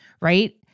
right